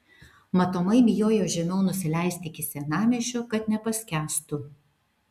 matomai bijojo žemiau nusileisti iki senamiesčio kad nepaskęstų